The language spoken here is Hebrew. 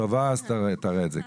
טובה, אז תראה את זה.